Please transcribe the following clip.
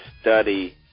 study